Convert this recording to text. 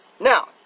Now